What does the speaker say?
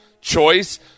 choice